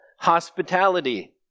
hospitality